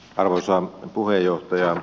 arvoisa puheenjohtaja